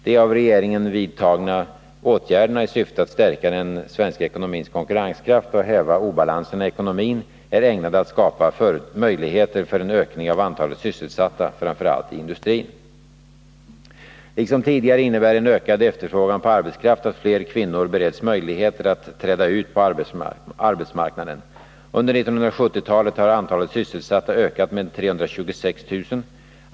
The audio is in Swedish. De av regeringen vidtagna åtgärderna i syfte att stärka den svenska ekonomins konkurrenskraft och häva obalanserna i ekonomin är ägnade att skapa möjligheter för en ökning av antalet sysselsatta, framför allt i industrin. Nr 33 Liksom tidigare innebär en ökad efterfrågan på arbetskraft att fler kvinnor bereds möjligheter att träda ut på arbetsmarknaden. Under 1970-talet har antalet sysselsatta ökat med 326 000.